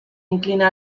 inclina